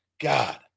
god